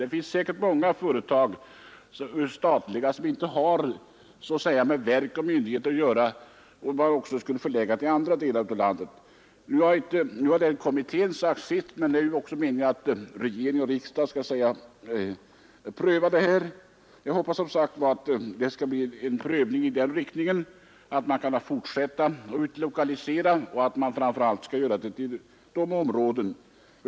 Det finns säkert många statliga företag som inte har med verk och myndigheter att göra och som man också skulle kunna förlägga till andra delar av landet. Nu har den kommittén sagt sitt, men det är ju också meningen att regering och riksdag skall pröva detta. Jag hoppas som sagt att det skall bli en prövning i den riktningen att man kan fortsätta att utlokalisera och att man framför allt skall göra det till Norrland.